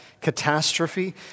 catastrophe